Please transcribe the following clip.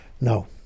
No